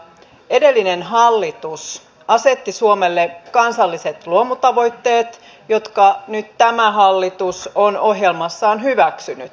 edellinen hallitus asetti suomelle kansalliset luomutavoitteet jotka nyt tämä hallitus on ohjelmassaan hyväksynyt